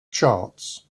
charts